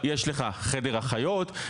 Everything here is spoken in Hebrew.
יש לך חדר אחיות,